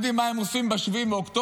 ואנחנו יודעים מה הם עושים ב-7 באוקטובר,